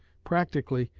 practically,